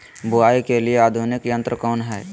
बुवाई के लिए आधुनिक यंत्र कौन हैय?